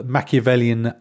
Machiavellian